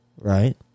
Right